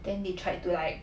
then they tried to like